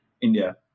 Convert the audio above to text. India